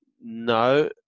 no